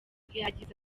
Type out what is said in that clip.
yagize